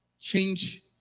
Change